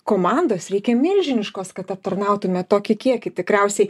komandos reikia milžiniškos kad aptarnautumėt tokį kiekį tikriausiai